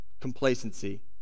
complacency